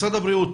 משרד הבריאות,